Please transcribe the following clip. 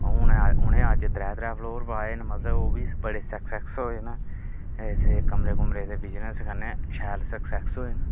हून उ'नें अज्ज त्रै त्रै फ्लोर पाए दे न मतलब ओह् बी बड़े मते सक्सैस होए न ऐसे कमरे कुमरे दे बिजनेस कन्नै शैल सक्सैस होए न